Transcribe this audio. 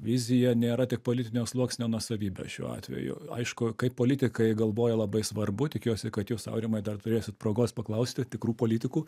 vizija nėra tik politinio sluoksnio nuosavybė šiuo atveju aišku kaip politikai galvoja labai svarbu tikiuosi kad jūs aurimai dar turėsit progos paklausti tikrų politikų